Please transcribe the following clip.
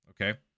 okay